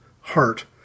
heart